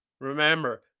remember